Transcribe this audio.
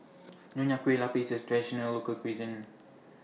Nonya Kueh Lapis IS Traditional Local Cuisine